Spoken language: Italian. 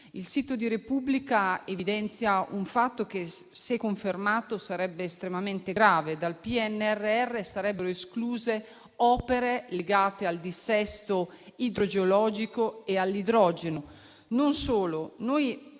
Il sito di «la Repubblica» evidenzia un fatto che, se confermato, sarebbe estremamente grave. Dal PNRR sarebbero escluse opere legate al dissesto idrogeologico e all'idrogeno. Non solo: